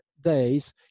days